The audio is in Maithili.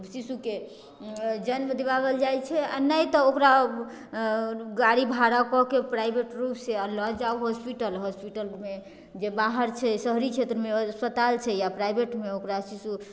शिशुकेँ जन्म दिआओल जाइत छै आओर नहि तऽ ओकरा गाड़ी भाड़ा कए कऽ प्राइभेट रुपसँ लए जाउ हास्पिटलमे हॉस्पिटल जे बाहर छै शहरी क्षेत्रमे अस्पताल छै या प्राइभेटमे ओकरा शिशु